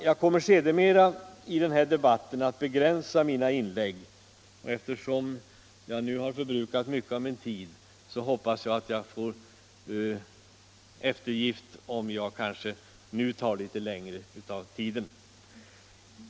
Jag ser att jag nu har förbrukat det mesta av min antecknade tid, men eftersom jag senare i debatten kommer att begränsa mina inlägg hoppas jag att kammaren har överseende med att jag nu tar litet längre tid för detta anförande.